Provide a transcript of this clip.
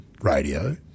radio